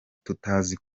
tutazi